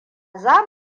za